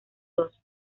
dos